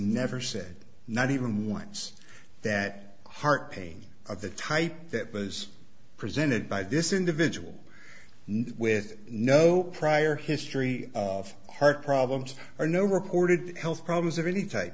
never said not even once that heart pain of the type that was presented by this individual with no prior history of heart problems or no reported health problems of any t